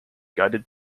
guided